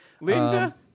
Linda